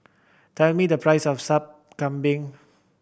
tell me the price of Sup Kambing